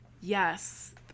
Yes